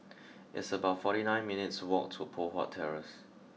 it's about fourty nine minutes' walk to Poh Huat Terrace